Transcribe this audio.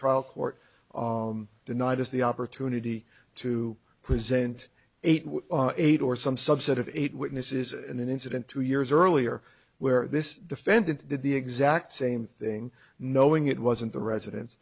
trial court denied us the opportunity to present eighty eight or some subset of eight witnesses in an incident two years earlier where this defendant did the exact same thing knowing it wasn't the residen